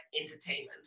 entertainment